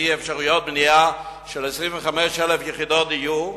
אפשרויות בנייה של כ-25,000 יחידות דיור.